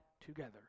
together